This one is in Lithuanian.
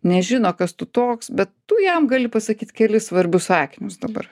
nežino kas tu toks bet tu jam gali pasakyt kelis svarbius sakinius dabar